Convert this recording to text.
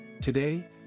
Today